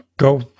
Go